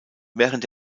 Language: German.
während